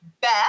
Beth